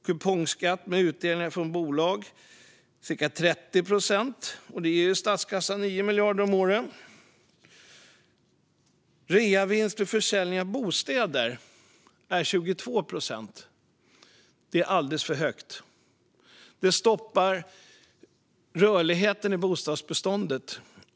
Kupongskatt med utdelningar från bolag är cirka 30 procent. Det ger statskassan 9 miljarder om året. Reavinstskatt vid försäljning av bostäder är 22 procent. Det är alldeles för högt. Det stoppar rörligheten i bostadsbeståndet.